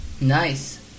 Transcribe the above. Nice